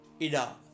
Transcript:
Ida